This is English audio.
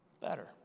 better